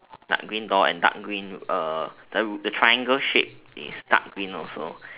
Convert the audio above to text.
dark green door and dark green uh then the triangle shape is dark green also